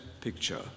picture